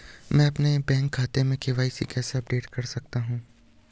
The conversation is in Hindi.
मैं अपने बैंक खाते में के.वाई.सी कैसे अपडेट कर सकता हूँ?